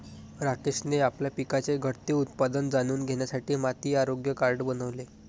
राकेशने आपल्या पिकाचे घटते उत्पादन जाणून घेण्यासाठी माती आरोग्य कार्ड बनवले